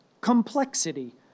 complexity